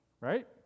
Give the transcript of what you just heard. Right